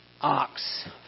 ox